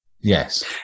Yes